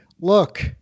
Look